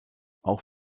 auch